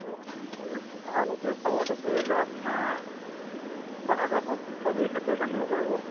অঁ ঠিক আছে তালে গৈ খবৰটো কৰিলে আপোনাৰ কথাটো সৱিশেষটো জানিব পাৰিব